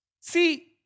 See